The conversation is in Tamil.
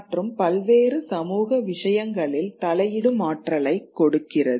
மற்றும் பல்வேறு சமூக விஷயங்களில் தலையிடும் ஆற்றலைக் கொடுக்கிறது